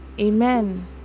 amen